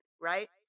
Right